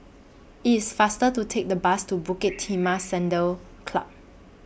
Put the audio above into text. IT IS faster to Take The Bus to Bukit Timah Saddle Club